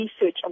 research